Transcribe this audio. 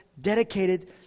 dedicated